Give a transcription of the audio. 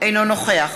אינו נוכח